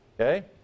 Okay